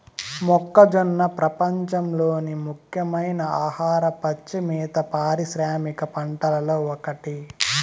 మొక్కజొన్న ప్రపంచంలోని ముఖ్యమైన ఆహార, పచ్చి మేత పారిశ్రామిక పంటలలో ఒకటి